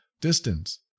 distance